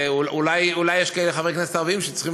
אולי יש כאלה חברי כנסת ערבים שצריכים